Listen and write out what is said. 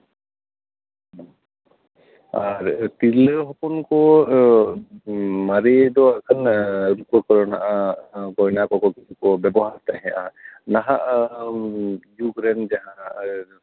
ᱟᱨ ᱛᱤᱨᱞᱟᱹ ᱦᱚᱯᱚᱱ ᱠᱚ ᱢᱟᱨᱮ ᱫᱚ ᱦᱟᱸᱜ ᱠᱷᱟᱱ ᱨᱩᱯᱟᱹ ᱠᱚᱨᱮᱱᱟᱜ ᱜᱚᱭᱱᱟ ᱠᱚᱠᱚ ᱵᱤᱥᱤ ᱠᱚ ᱵᱮᱵᱚᱦᱟᱨ ᱛᱟᱦᱮᱸᱜᱼᱟ ᱱᱟᱦᱟᱜ ᱡᱩᱜᱽᱨᱮᱱ ᱡᱟᱦᱟᱸ